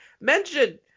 mention